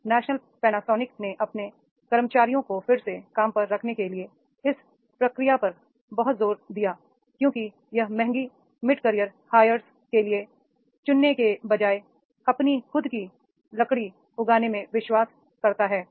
तब national Panasonic ने अपने कर्मचारियों को फिर से काम पर रखने के लिए इस प्रक्रिया पर बहुत जोर दिया क्योंकि यह महँगी मिडकॉयर हायर के लिए चुनने के बजाय अपनी खुद की लकड़ी उगाने में विश्वास करता है